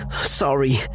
Sorry